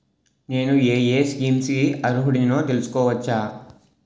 నేను యే యే స్కీమ్స్ కి అర్హుడినో తెలుసుకోవచ్చా?